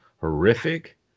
horrific